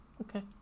Okay